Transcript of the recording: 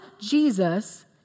Jesus